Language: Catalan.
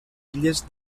illes